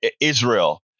Israel